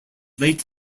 late